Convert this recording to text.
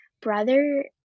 brother